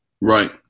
Right